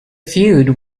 feud